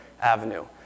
Avenue